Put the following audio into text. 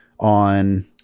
on